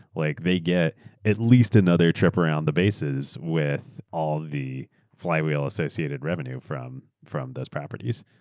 like they get at least another trip around the bases with all the flywheel associated revenue from from those properties.